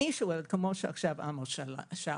כמו שעמוס שאל,